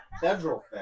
federal